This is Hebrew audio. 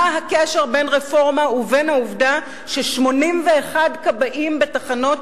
מה הקשר בין רפורמה ובין העובדה ש-81 כבאים בתחנות